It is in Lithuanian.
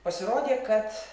pasirodė kad